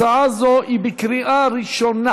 הצעה זאת היא בקריאה ראשונה,